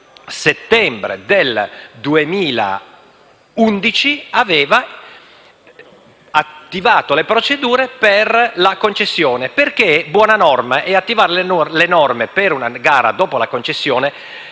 settembre del 2011 aveva attivato le procedure per la concessione. Perché è buona norma attivare le norme per una gara dopo la concessione;